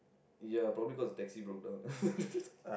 ya probably cause the taxi broke down lah